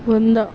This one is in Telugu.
వంద